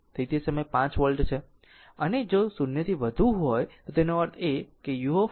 તેથી તે સમયે તે 5 વોલ્ટ છે અને જો 0 થી વધુ હોય તો તેનો અર્થ u એ 1 છે